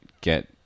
get